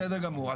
בסדר גמור,